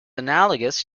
analogous